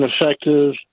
effective